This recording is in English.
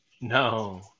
no